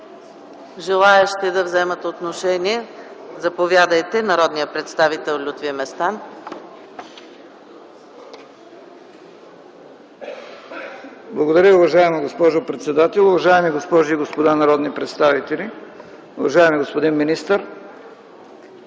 Желаещи да вземат отношение? Заповядайте. Народният представител Лютви Местан. ЛЮТВИ МЕСТАН (ДПС): Благодаря Ви, уважаема госпожо председател. Уважаеми госпожи и господа народни представители, уважаеми господин министър!